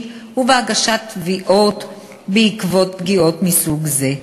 ובהגשת תביעות בעקבות פגיעות מסוג זה.